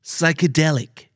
Psychedelic